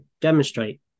demonstrate